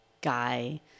guy